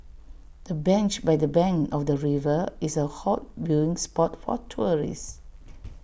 the bench by the bank of the river is A hot viewing spot for tourist